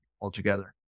altogether